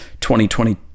2020